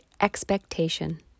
expectation